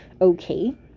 okay